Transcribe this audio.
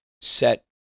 set